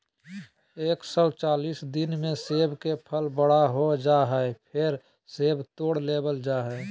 एक सौ चालीस दिना मे सेब के फल बड़ा हो जा हय, फेर सेब तोड़ लेबल जा हय